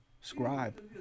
scribe